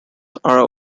are